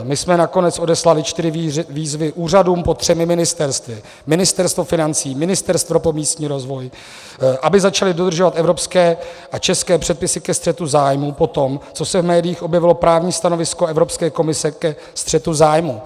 My jsme nakonec odeslali čtyři výzvy úřadům pod třemi ministerstvy Ministerstvo financí, Ministerstvo pro místní rozvoj , aby začaly dodržovat evropské a české předpisy ke střetu zájmu potom, co se v médiích objevilo právní stanovisko Evropské komise ke střetu zájmu.